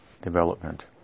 development